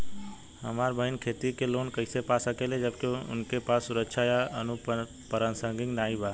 हमार बहिन खेती के लोन कईसे पा सकेली जबकि उनके पास सुरक्षा या अनुपरसांगिक नाई बा?